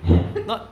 not